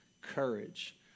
courage